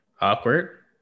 awkward